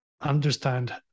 understand